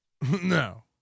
No